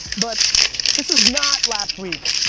but this is not last week,